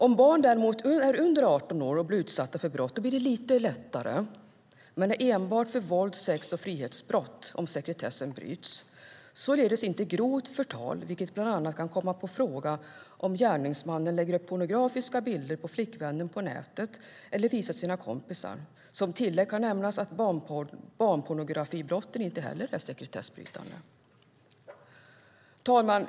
När det däremot gäller barn under 18 år som blir utsatta för brott är det lite lättare, men det är enbart för vålds-, sex och frihetsbrott som sekretessen bryts, således inte grovt förtal, vilket bland annat kan komma i fråga om gärningsmannen lägger upp pornografiska bilder av flickvännen på nätet eller visar dem för sina kompisar. Som tillägg kan nämnas att barnpornografibrotten inte heller är sekretessbrytande. Herr talman!